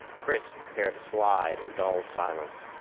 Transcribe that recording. chris prepared a slide in dull silence.